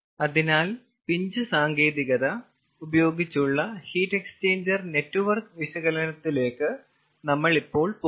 അതിനാൽ പിഞ്ച് സാങ്കേതികത ഉപയോഗിച്ചുള്ള ഹീറ്റ് എക്സ്ചേഞ്ചർ നെറ്റ്വർക്ക് വിശകലനത്തിലേക്ക് നമ്മൾ ഇപ്പോൾ പോകും